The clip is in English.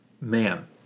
man